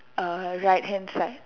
uh right hand side